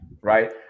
right